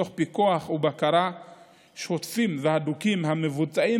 תוך פיקוח ובקרה שוטפים והדוקים המבוצעים